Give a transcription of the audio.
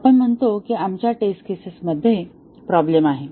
आपण म्हणतो की आमच्या टेस्ट केसेसमध्ये प्रॉब्लेमआहे